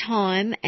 time